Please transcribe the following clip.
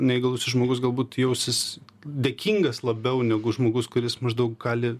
neįgalusis žmogus galbūt jausis dėkingas labiau negu žmogus kuris maždaug gali